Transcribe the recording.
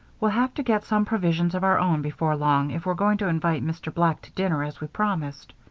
we'll have to get some provisions of our own before long if we're going to invite mr. black to dinner as we promised.